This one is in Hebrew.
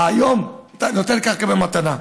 אה, היום: אתה נותן קרקע במתנה.